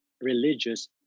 religious